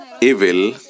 evil